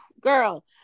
girl